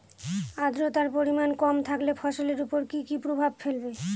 আদ্রর্তার পরিমান কম থাকলে ফসলের উপর কি কি প্রভাব ফেলবে?